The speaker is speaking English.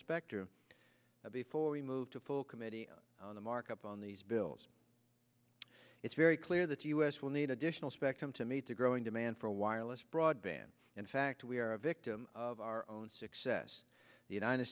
spectrum before we move to full committee the markup on these bills it's very clear that us will need additional spectrum to meet the growing demand for wireless broadband in fact we are a victim of our own success the united